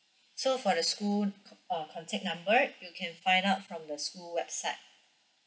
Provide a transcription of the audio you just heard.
so for the school uh contact number you can find out from the school website